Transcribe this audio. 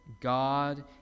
God